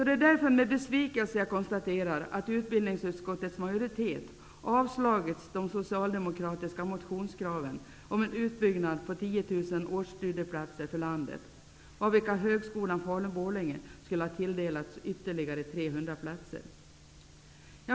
Det är därför med besvikelse jag konstaterar att utbildningsutskottets majoritet har avslagit de socialdemokratiska motionskraven om en utbyggnad på 10 000 årsstudieplatser för landet, av vilka Högskolan Falun/Borlänge skulle ha tilldelats ytterligare 300 platser.